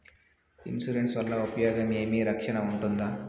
Insurance వల్ల ఉపయోగం ఏమి? రక్షణ ఉంటుందా?